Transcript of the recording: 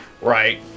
Right